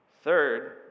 Third